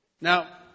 Now